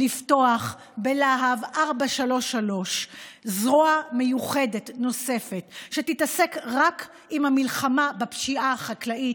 הוא לפתוח בלהב 433 זרוע מיוחדת נוספת שתתעסק רק במלחמה בפשיעה החקלאית,